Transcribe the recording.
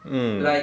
mm